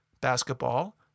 basketball